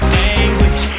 language